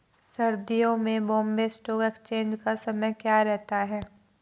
सर्दियों में Bombay stock exchange का समय क्या रहता है?